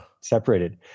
separated